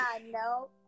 No